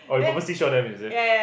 orh you purposely show them is it